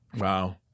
Wow